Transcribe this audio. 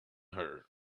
her